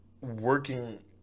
working